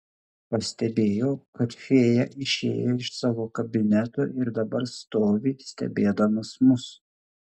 pastebėjau kad fėja išėjo iš savo kabineto ir dabar stovi stebėdamas mus